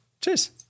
Cheers